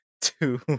two